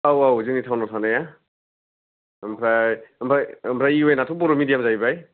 औ औ जोंनि टाउनाव थानाया आमफ्राय आमफाय आमफ्राय इउएन आथ' बड' मिडियाम जाहैबाय